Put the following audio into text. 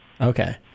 Okay